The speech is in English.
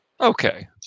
Okay